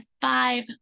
five